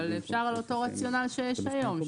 אבל אפשר על אותו רציונל שיש היום.